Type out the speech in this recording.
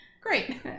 great